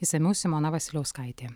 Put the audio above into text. išsamiau simona vasiliauskaitė